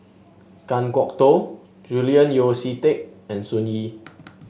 Kan Kwok Toh Julian Yeo See Teck and Sun Yee